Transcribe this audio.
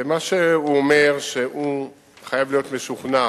ומה שהוא אומר זה שהוא חייב להיות משוכנע